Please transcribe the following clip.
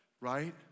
right